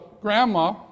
grandma